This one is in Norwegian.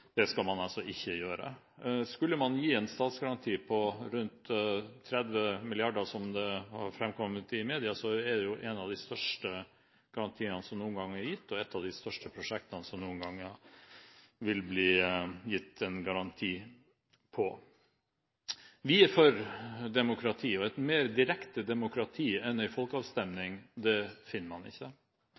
man skal gjøre det. Skulle man gitt en statsgaranti på rundt 30 mrd. kr, som det har framkommet i media, er det en av de største garantiene som noen gang er gitt, og et av de største prosjektene som det noen gang vil bli gitt en garanti til. Vi er for demokratiet, og et mer direkte demokrati enn en folkeavstemning finner man ikke. Det er helt riktig at man har hatt en tradisjon i Norge for ikke